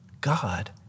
God